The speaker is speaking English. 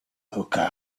smoking